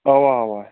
اَوا اَوا